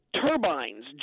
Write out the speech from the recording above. turbines